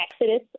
exodus